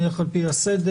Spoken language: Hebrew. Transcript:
נלך על פי הסדר.